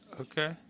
Okay